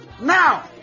Now